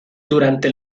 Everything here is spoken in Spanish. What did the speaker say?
durante